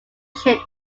shaped